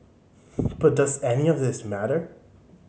but does any of this matter